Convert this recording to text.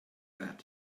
that